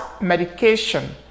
medication